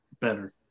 better